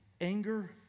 anger